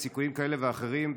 בסיכויים כאלה ואחרים,